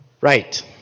Right